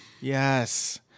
Yes